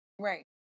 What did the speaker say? Right